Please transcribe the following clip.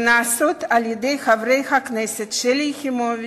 שנעשים על-ידי חברי הכנסת שלי יחימוביץ,